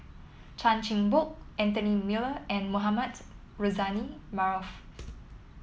Chan Chin Bock Anthony Miller and Mohamed Rozani Maarof